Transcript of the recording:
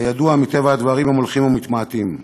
כידוע, מטבע הדברים, הם הולכים ומתמעטים.